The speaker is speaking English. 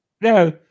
No